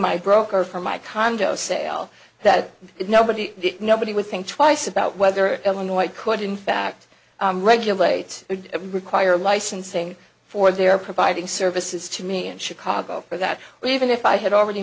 my broker for my condo sale that nobody nobody would think twice about whether illinois could in fact regulate require licensing for their providing services to me in chicago or that even if i had already